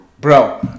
Bro